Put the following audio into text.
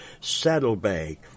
saddlebag